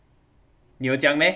你有讲 meh